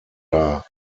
dar